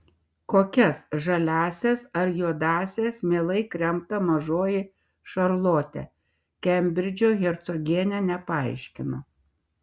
kokias žaliąsias ar juodąsias mielai kremta mažoji šarlotė kembridžo hercogienė nepaaiškino